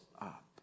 up